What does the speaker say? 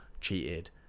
cheated